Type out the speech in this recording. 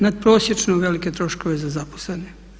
Nadprosječno velike troškove za zaposlene.